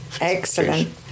Excellent